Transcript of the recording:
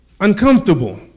Uncomfortable